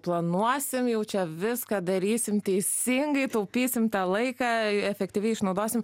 planuosim jau čia viską darysim teisingai taupysim tą laiką efektyviai išnaudosim